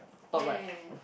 ya ya ya ya